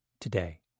today